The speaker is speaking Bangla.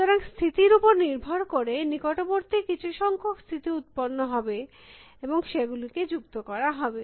সুতরাং স্থিতির উপর নির্ভর করে নিকটবর্তী কিছু সংখ্যক স্থিতি উত্পন্ন হবে এবং সেগুলিকে যুক্ত করা হবে